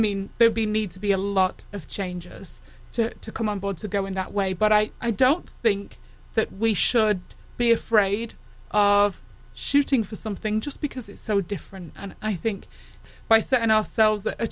mean there'd be need to be a lot of changes to come on board to go in that way but i i don't think that we should be afraid of shooting for something just because it's so different and i think by setting ourselves a